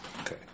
Okay